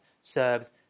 Serbs